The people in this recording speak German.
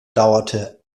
dauerte